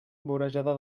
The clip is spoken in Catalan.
vorejada